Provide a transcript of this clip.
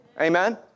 Amen